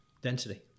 Density